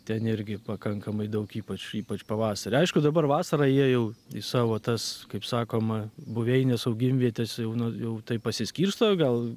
ten irgi pakankamai daug ypač ypač pavasarį aišku dabar vasarą jie jau į savo tas kaip sakoma buveines augimvietes jau na jau taip pasiskirsto gal